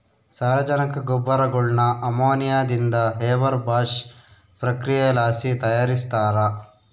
ಸಾರಜನಕ ಗೊಬ್ಬರಗುಳ್ನ ಅಮೋನಿಯಾದಿಂದ ಹೇಬರ್ ಬಾಷ್ ಪ್ರಕ್ರಿಯೆಲಾಸಿ ತಯಾರಿಸ್ತಾರ